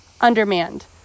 undermanned